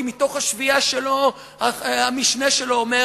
כי מתוך השביעייה שלו המשנה שלו אומר,